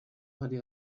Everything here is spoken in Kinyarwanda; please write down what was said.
ari